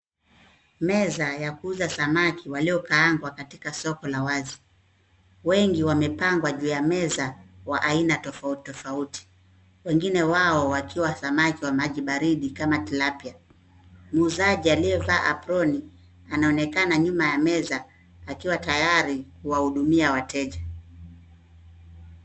Meza ya kuuza samaki waliokaangwa katika soko la wazi, wengi wamepangwa juu ya meza wa aina tofauti tofauti. Wengine wao wakiwa samaki wa maji baridi kama tilapia. Muuzaji aliyevaa aproni anaonekana nyuma ya meza akiwa tayari kuwahudumia wateja.